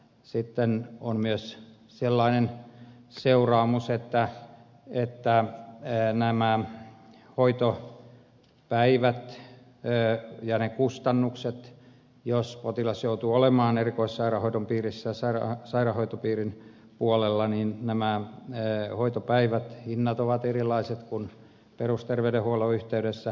sitten on myös sellainen seuraamus että nämä hoitopäivät ja ne kustannukset jos potilas joutuu olemaan erikoissairaanhoidon piirissä sairaanhoitopiirin puolella hoitopäivän hinnat ovat erilaiset kuin perusterveydenhuollon yhteydessä